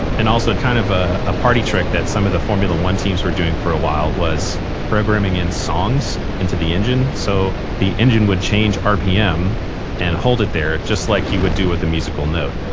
and also, kind of ah a party trick that some of the formula one teams were doing for a while was programming in songs into the engine. so the engine would change rpm and hold it there, just like you would do with a musical note